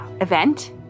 event